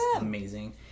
amazing